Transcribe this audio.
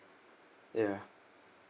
ya